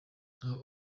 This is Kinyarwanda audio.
aho